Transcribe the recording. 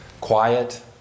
quiet